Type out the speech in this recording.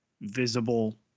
visible